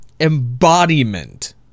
embodiment